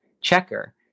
checker